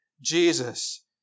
Jesus